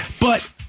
But-